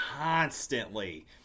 constantly